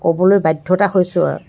ক'বলৈ বাধ্যতা হৈছোঁ আৰু